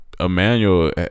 Emmanuel